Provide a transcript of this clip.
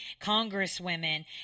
congresswomen